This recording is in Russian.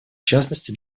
частности